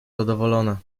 zadowolona